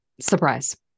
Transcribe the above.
surprise